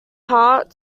heart